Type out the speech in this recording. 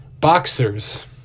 Boxers